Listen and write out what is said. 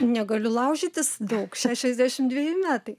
negaliu laužytis daug šešiasdešim dveji metai